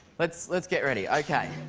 let's let's get ready. okay.